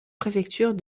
préfecture